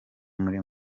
muri